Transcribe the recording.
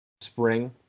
spring